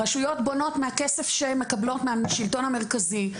הרשויות בונות מהכסף שהן מקבלות מהשלטון המרכזי,